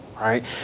right